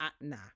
nah